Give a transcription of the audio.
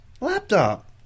Laptop